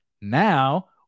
Now